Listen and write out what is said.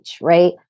right